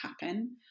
happen